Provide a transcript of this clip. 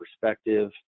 perspective